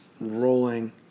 rolling